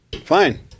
fine